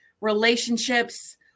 relationships